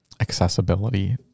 accessibility